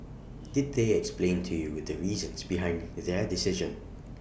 did they explain to you the reasons behind their decision